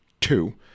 Two